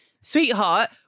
sweetheart